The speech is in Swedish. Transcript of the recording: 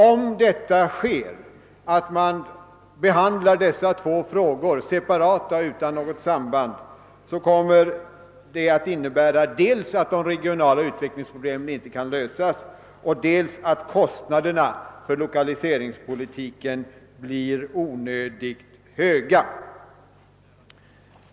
Om dessa två frågor behandlades separat och utan något samband skulle detta innebära dels att de regionala utvecklingsproblemen inte kunde lösas, dels att kostnaderna för lokaliseringspolitiken blev onödigt höga.